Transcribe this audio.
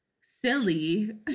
silly